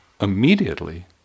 immediately